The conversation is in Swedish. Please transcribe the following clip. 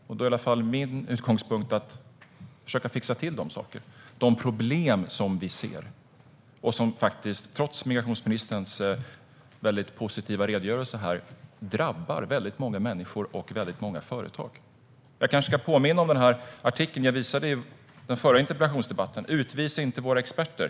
Då är i alla fall min utgångspunkt att man ska försöka fixa till de problem som vi ser och som faktiskt, trots migrationsministerns väldigt positiva redogörelse, drabbar väldigt många människor och företag. Jag kanske ska påminna om den artikel som jag visade i den förra interpellationsdebatten: Utvisa inte våra experter.